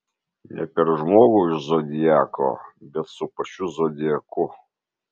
ne per žmogų iš zodiako bet su pačiu zodiaku